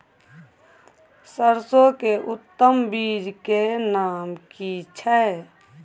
सरसो के उत्तम बीज के नाम की छै?